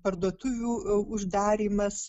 parduotuvių uždarymas